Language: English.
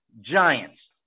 Giants